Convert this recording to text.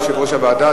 יושב-ראש הוועדה,